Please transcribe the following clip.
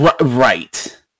Right